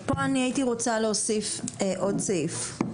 פה הייתי רוצה להוסיף עוד סעיף.